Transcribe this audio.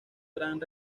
gran